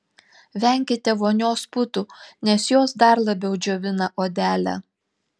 venkite vonios putų nes jos dar labiau džiovina odelę